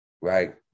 Right